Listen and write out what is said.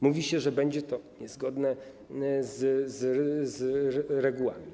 Mówi się, że będzie to niezgodne z regułami.